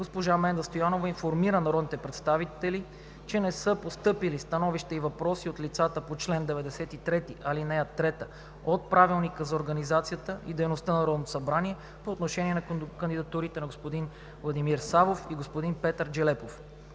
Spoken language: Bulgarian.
госпожа Менда Стоянова информира народните представители, че не са постъпили становища и въпроси от лицата по чл. 93, ал. 3 от Правилника за организацията и дейността на Народното събрание по отношение на кандидатурите на господин Владимир Савов и господин Петър Джелепов.